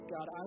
God